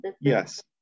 Yes